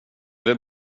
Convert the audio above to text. vill